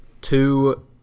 two